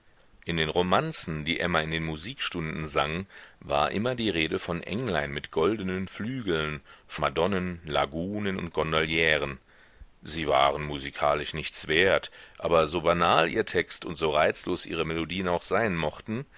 in den romanzen die emma in den musikstunden sang war immer die rede von englein mit goldenen flügeln von madonnen lagunen und gondolieren sie waren musikalisch nichts wert aber so banal ihr text und so reizlos ihre melodien auch sein mochten